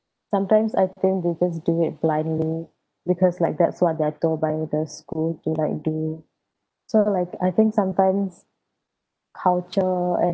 sometimes I think they just do it blindly because like that's what they're told by the school to like do sort of like I think sometimes culture and